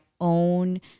own